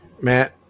Matt